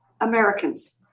Americans